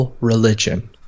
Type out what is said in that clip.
religion